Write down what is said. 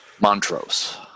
Montrose